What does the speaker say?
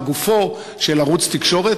על גופו של ערוץ תקשורת,